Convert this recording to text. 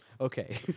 Okay